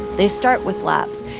they start with laps.